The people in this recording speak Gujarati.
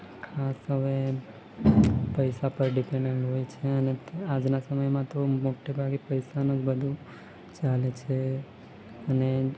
કાં તો હવે પૈસા પર ડીપેન્ડેન્ટ હોય છે અને આજના સમયમાં તો મોટેભાગે પૈસાનું જ બધું ચાલે છે અને